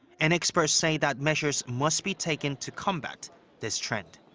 and experts say that measures must be taken to combat this trend.